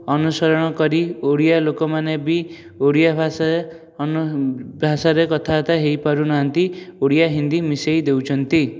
ଅନୁସରଣ କରି ଓଡ଼ିଆ ଲୋକମାନେ ବି ଓଡ଼ିଆ ଭାଷା ଅନ୍ୟ ଭାଷାରେ କଥାବାର୍ତ୍ତା ହେଇ ପାରୁନାହାନ୍ତି ଓଡ଼ିଆ ହିନ୍ଦୀ ମିଶେଇ ଦେଉଛନ୍ତି